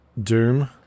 doom